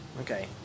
Okay